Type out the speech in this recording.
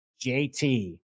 JT